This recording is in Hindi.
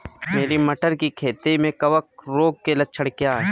मेरी मटर की खेती में कवक रोग के लक्षण क्या हैं?